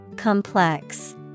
Complex